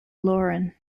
loren